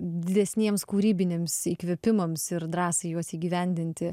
didesniems kūrybiniams įkvėpimams ir drąsiai juos įgyvendinti